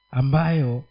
ambayo